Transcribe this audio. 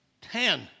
Ten